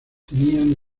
tenían